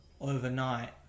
overnight